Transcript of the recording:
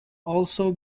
also